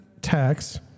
tax